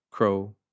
crow